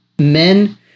men